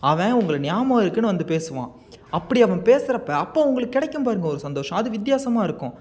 அவன் உங்களை நியாபகம் இருக்குன்னு வந்து பேசுவான் அப்படி அவன் பேசுறப்போ அப்போ உங்களுக்கு கிடைக்கும் பாருங்கள் ஒரு சந்தோஷம் அது வித்தியாசமாக இருக்கும்